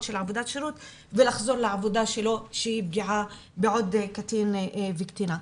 של עבודות שירות ולחזור לעבודה שלו שהיא פגיעה בעוד קטין וקטינה.